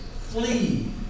flee